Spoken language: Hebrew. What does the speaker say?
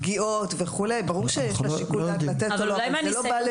פגיעות וכו' ברור שיש לה שיקול לתת אם לתת או לא.